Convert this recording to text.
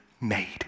made